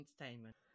entertainment